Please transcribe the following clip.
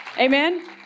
Amen